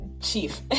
chief